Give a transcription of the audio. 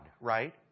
right